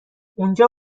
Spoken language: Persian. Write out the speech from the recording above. اونجا